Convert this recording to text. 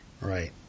Right